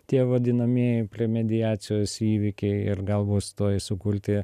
tie vadinamieji premediacijos įvykiai ir gal bus tuoj sukulti